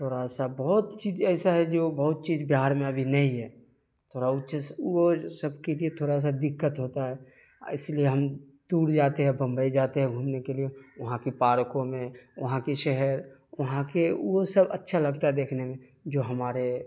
تھوڑا سا بہت چیز ایسا ہے جو بہت چیز بہار میں ابھی نہیں ہے تھوڑا وہ چیز وہ سب کے لیے تھوڑا سا دقت ہوتا ہے اس لیے ہم دور جاتے ہیں بمبئی جاتے ہیں گھومنے کے لیے وہاں کے پارکوں میں وہاں کے شہر وہاں کے وہ سب اچھا لگتا ہے دیکھنے میں جو ہمارے